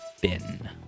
bin